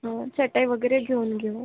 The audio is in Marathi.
हा चटई वगैरे घेऊन घेऊ